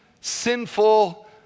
sinful